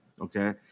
Okay